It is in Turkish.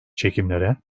çekimlere